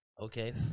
Okay